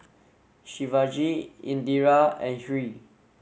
Shivaji Indira and Hri